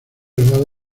loado